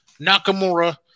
Nakamura